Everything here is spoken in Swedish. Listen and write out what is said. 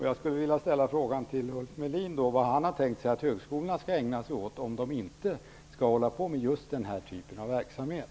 Jag skulle vilja fråga Ulf Melin om vad han har tänkt sig att högskolorna skall ägna sig åt om de inte skall hålla på med just den här typen av verksamhet.